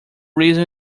reason